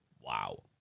Wow